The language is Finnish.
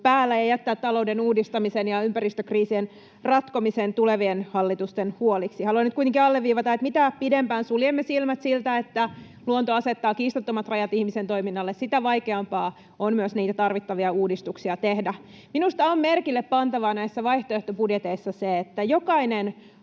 päällä ja jättää talouden uudistamisen ja ympäristökriisien ratkomisen tulevien hallitusten huoliksi. Haluan nyt kuitenkin alleviivata, että mitä pidempään suljemme silmät siltä, että luonto asettaa kiistattomat rajat ihmisen toiminnalle, sitä vaikeampaa on myös niitä tarvittavia uudistuksia tehdä. Minusta on merkillepantavaa näissä vaihtoehtobudjeteissa se, että jokainen